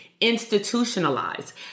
institutionalized